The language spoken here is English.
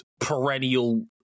perennial